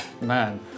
Man